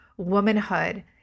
womanhood